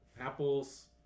apples